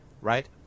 right